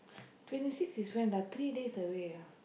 twenty six is when ah three days away ah